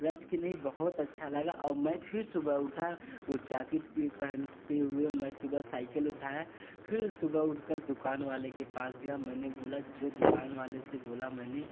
रच के नहीं बहुत अच्छा लगा और मैं फ़िर सुबह उठा उस जाकेट के पहनते हुए मैं सुबह साइकिल उठाया फ़िर सुबह उठकर दुकान वाले के पास गया मैंने बोला जो दुकान वाले से बोला मैंने